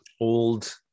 old